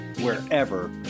wherever